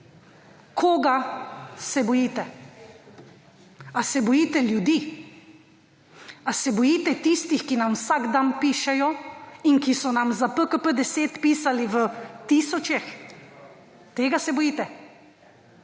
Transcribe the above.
Koga se bojite? Ali se bojite ljudi ali se bojite tistih, ki nam vsak dan pišejo in ki so nam za PKP 10 pisali v tisočih? Tega se bojite?